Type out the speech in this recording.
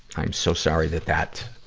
i'm so sorry that that,